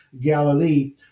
Galilee